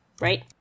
right